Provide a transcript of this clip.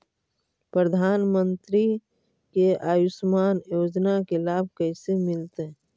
प्रधानमंत्री के आयुषमान योजना के लाभ कैसे मिलतै?